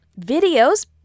Videos